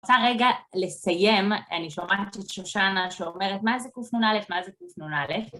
רוצה רגע לסיים, אני שומעת את שושנה שאומרת מה זה קנ"א, מה זה קנ"א.